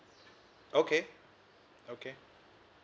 okay okay